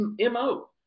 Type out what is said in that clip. mo